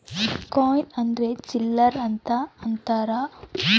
coin ಅಂದ್ರ ಚಿಲ್ಲರ್ ಅಂತ ಅಂತಾರ